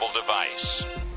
device